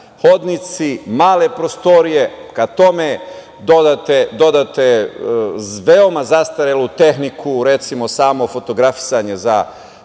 hodnici, male prostorije. Kada tome dodate veoma zastarelu tehniku, recimo, samo fotografisanje za